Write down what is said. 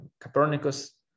Copernicus